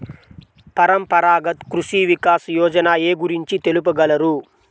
పరంపరాగత్ కృషి వికాస్ యోజన ఏ గురించి తెలుపగలరు?